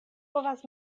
povas